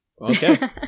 Okay